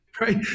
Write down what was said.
right